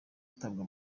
atabwa